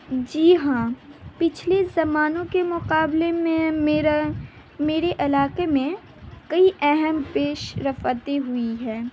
جی ہاں پچھلے زمانوں کے مقابلے میں میرا میرے علاقے میں کئی اہم پیش رفتی ہوئی ہے